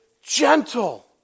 gentle